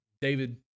David